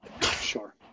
Sure